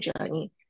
journey